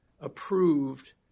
approved